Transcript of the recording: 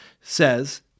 says